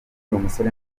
umusore